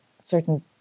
certain